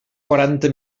quaranta